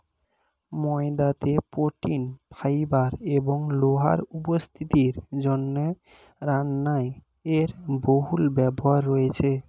ময়দাতে protein, fibre এবং লোহার উপস্থিতির জন্য রান্নায় এর বহুল ব্যবহার রয়েছে